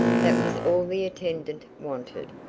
that was all the attendant wanted.